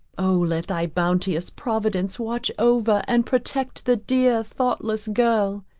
oh let thy bounteous providence watch over and protect the dear thoughtless girl,